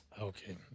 Okay